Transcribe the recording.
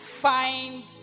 find